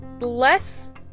less